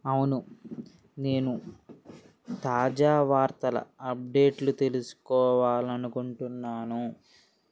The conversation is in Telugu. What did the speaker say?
అవును నేను తాజా వార్తల అప్డేట్లు తెలుసుకోవాలనుకుంటున్నాను